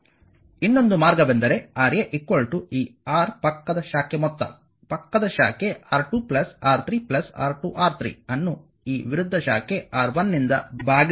ಇನ್ನೊಂದು ಮಾರ್ಗವೆಂದರೆ Ra ಈ R ಪಕ್ಕದ ಶಾಖೆ ಮೊತ್ತ ಪಕ್ಕದ ಶಾಖೆ R2 R3 R2R3 ಅನ್ನು ಈ ವಿರುದ್ಧ ಶಾಖೆ R1 ನಿಂದ ಭಾಗಿಸಲಾಗಿದೆ